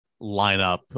lineup